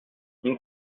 این